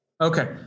Okay